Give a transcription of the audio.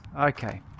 Okay